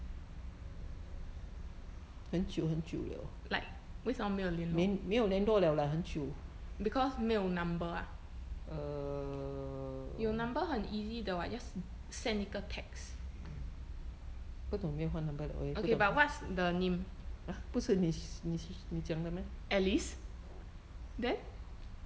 like 为什么没有联络 because 没有 number 啊有 number 很 easy 的 [what] just send 一个 text okay but what's the name alice then